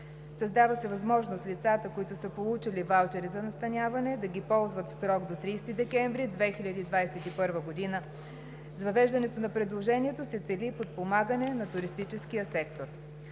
Създава се възможност лицата, които са получили ваучери за настаняване, да ги ползват в срок до 30 декември 2021 г. С въвеждането на предложението се цели и подпомагане на туристическия сектор.